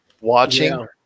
watching